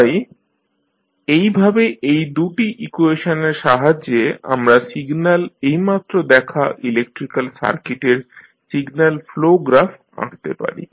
তাই এইভাবে এই দু'টি ইকুয়েশনের সাহায্যে আমরা সিগন্যাল এইমাত্র দেখা ইলেক্ট্রিক্যাল সার্কিটের সিগন্যাল ফ্লো গ্রাফ আঁকতে পারি